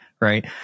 Right